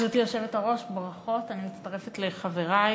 גברתי היושבת-ראש, ברכות, אני מצטרפת לחברי